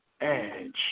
Edge